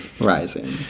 rising